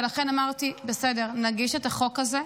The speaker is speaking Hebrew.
ולכן אמרתי: בסדר, נגיש את החוק הזה.